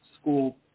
school